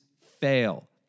fail